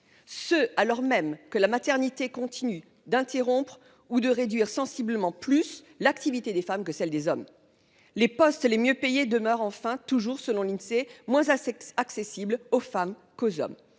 de travail. Et la maternité continue d'interrompre ou de réduire sensiblement plus l'activité des femmes que celle des hommes. Les postes les mieux payés demeurent enfin, toujours selon l'Insee, moins accessibles aux femmes qu'aux hommes.